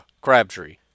Crabtree